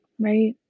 Right